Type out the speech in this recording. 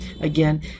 again